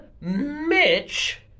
Mitch